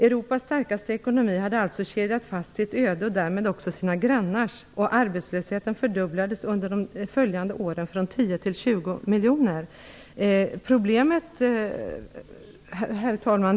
Europas starkaste ekonomi hade alltså kedjat fast sitt öde och därmed också sina grannars öden. Arbetslösheten fördubblades under de följande åren från 10 till 20 miljoner. Herr talman!